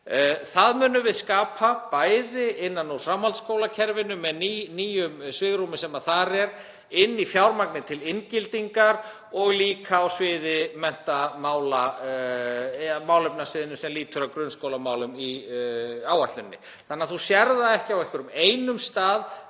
Það munum við skapa bæði innan úr framhaldsskólakerfinu með nýju svigrúmi sem þar er inn í fjármagnið til inngildingar og líka á málefnasviðinu sem lýtur að grunnskólamálum í áætluninni. Þannig að þú sérð það ekki á einhverjum